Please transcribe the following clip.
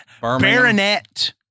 baronet